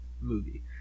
movie